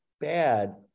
bad